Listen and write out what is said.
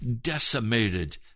decimated